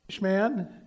man